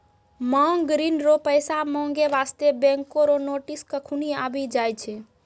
मांग ऋण रो पैसा माँगै बास्ते बैंको रो नोटिस कखनु आबि जाय छै